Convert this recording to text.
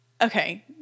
okay